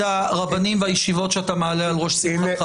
הרבנים והישיבות שאתה מעלה על ראש שמחתך.